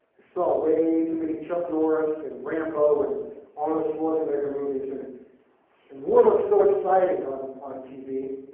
saw way too many chuck norris and rambo and arnold schwarzenegger movies. ah and war looks so exciting on on tv.